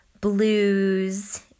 blues